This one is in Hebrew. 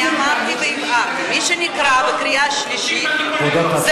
אני אמרתי והבהרתי: מי שנקרא בקריאה שלישית זה